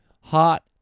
hot